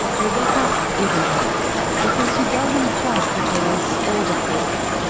rebecca isn't hopeful, because she doesn't trust the police or the courts.